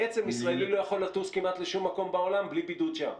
בעצם ישראלי לא יכול לטוס כמעט לשום מקום בעולם בלי בידוד שם.